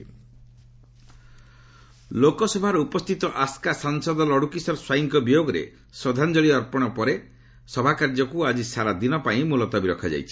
LS adjourned ଲୋକସଭାର ଉପସ୍ଥିତ ଆସ୍କା ସାଂସଦ ଲଡ଼ୁକିଶୋର ସ୍ୱାଇଁଙ୍କ ବିୟୋଗରେ ଶ୍ରଦ୍ଧାଞ୍ଜଳି ଅର୍ପଣ ପରେ ସଭାକାର୍ଯ୍ୟକୁ ଆଜି ସାରାଦିନପାଇଁ ମୁଲତବୀ ରଖାଯାଇଛି